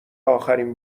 اخرین